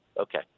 Okay